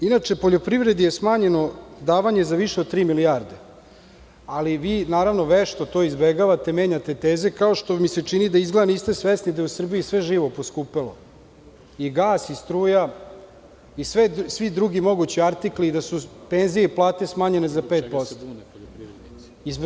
Inače, poljoprivredi je smanjeno davanje za više od 3 milijarde, ali vi to vešto izbegavate i menjate teze, kao što mi se čini da izgleda da niste svesni da u Srbiji jeste sve živo poskupelo, i gas i struja, i svi drugi mogući artikli i da su penzije i plate smanjene za 5 posto.